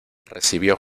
recibió